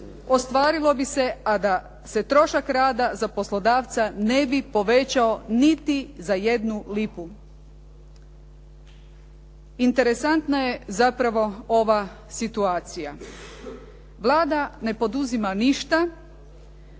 ostvarilo bi se a da se trošak rada za poslodavca ne bi povećao niti za jednu lipu. Interesantna je zapravo ova situacija. Vlada ne poduzima ništa,